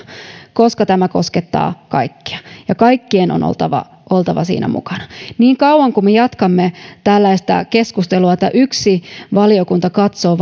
koska tämä koskettaa kaikkia ja kaikkien on oltava oltava siinä mukana niin kauan kuin me jatkamme tällaista keskustelua että yksi valiokunta katsoo